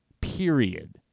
Period